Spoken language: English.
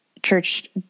Church